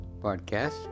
podcast